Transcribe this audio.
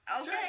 Okay